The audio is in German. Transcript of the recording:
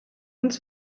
uns